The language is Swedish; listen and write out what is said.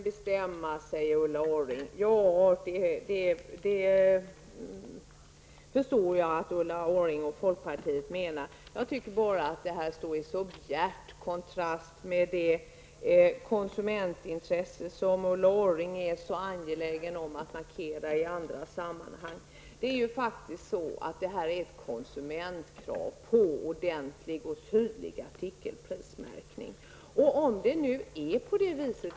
Herr talman! Låt handeln bestämma, säger Ulla Orring. Jag förstår att Ulla Orring och folkpartiet menar det. Själv tycker jag att den åsikten står i bjärt kontrast till det konsumentintresse som Ulla Orring är så angelägen att markera i andra sammanhang. Ordentlig och tydlig artikelprismärkning är faktiskt ett konsumentkrav.